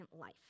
life